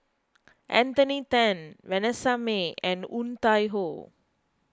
Anthony then Vanessa Mae and Woon Tai Ho